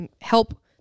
help